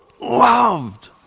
loved